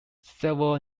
several